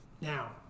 Now